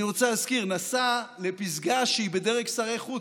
אני רוצה להזכיר: נסע לפסגה שהיא בדרג שרי חוץ,